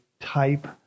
type